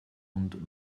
und